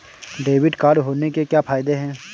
Debit card होने के क्या फायदे हैं?